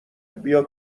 بیا